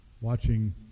watching